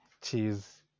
cheese